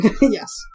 Yes